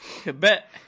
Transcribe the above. Bet